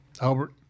Albert